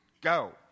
go